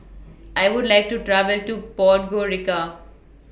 I Would like to travel to Podgorica